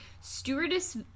Stewardess